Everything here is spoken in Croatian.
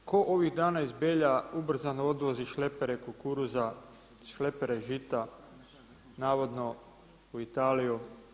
Tko ovih dana iz Belja ubrzano odvozi šlepere kukuruza, šlepere žita, navodno u Italiju.